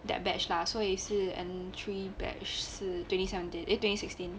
that batch fast so 也是 entry batch 是 twenty something eh twenty sixteen